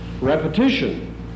repetition